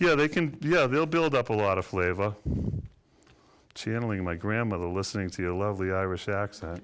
yeah they can you know they'll build up a lot of flavor channeling my grandmother listening to your lovely irish accent